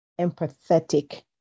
Empathetic